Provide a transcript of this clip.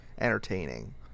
entertaining